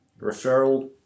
referral